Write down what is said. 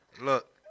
Look